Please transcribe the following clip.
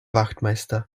wachtmeister